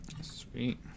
Sweet